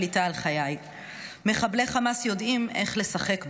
לא הייתה לי שליטה על חיי"; "מחבלי חמאס יודעים איך לשחק בך.